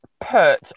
put